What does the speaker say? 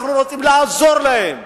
אנחנו רוצים לעזור להם.